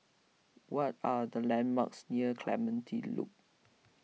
what are the landmarks near Clementi Loop